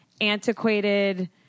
antiquated